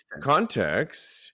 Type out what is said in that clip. context